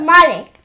Malik